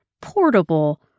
portable